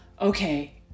okay